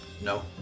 No